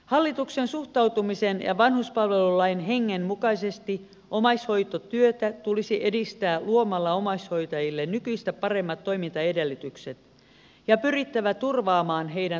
hallituksen suhtautumisen ja vanhuspalvelulain hengen mukaisesti omaishoitotyötä tulisi edistää luomalla omais hoitajille nykyistä paremmat toimintaedellytykset ja pyrkiä turvaamaan heidän toimeentulonsa